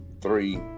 three